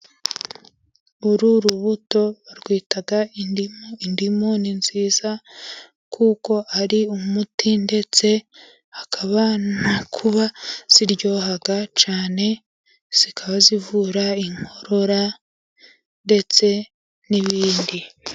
Uru rubuto barwita indimu, indimu ni nziza kuko ari umuti ndetse hakaba no kuba ziryoha cyane, zikaba zivura inkorora ndetse n'ibindi.